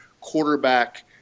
quarterback